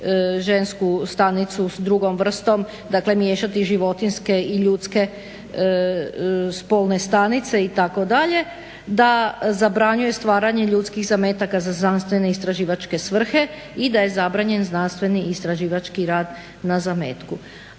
žensku stanicu s drugom vrstom. Dakle, miješati životinjske i ljudske spolne stanice itd., da zabranjuje stvaranje ljudskih zametaka za znanstvene istraživačke svrhe i da je zabranjen znanstveni istraživački rad na zametku.